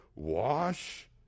Wash